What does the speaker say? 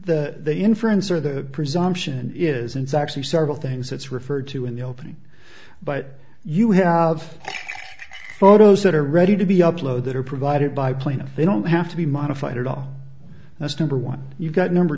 a the inference or the presumption is it's actually several things it's referred to in the opening but you have photos that are ready to be uploaded or provided by plaintiff they don't have to be modified at all that's number one you've got number